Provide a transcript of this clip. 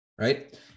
Right